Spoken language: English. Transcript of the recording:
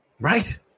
Right